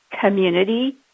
community